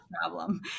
Problem